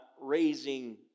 raising